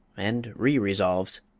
and re-resolves,